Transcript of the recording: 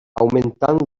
augmentant